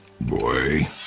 Boy